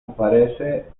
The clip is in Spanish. aparece